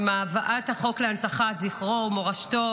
עם הבאת החוק להנצחת זכרו ומורשתו